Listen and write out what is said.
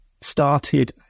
started